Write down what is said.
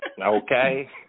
okay